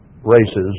races